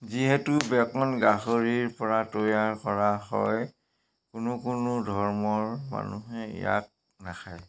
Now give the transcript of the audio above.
যিহেতু বেকন গাহৰিৰ পৰা তৈয়াৰ কৰা হয় কোনো কোনো ধৰ্মৰ মানুহে ইয়াক নাখায়